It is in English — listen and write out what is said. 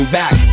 back